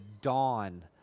dawn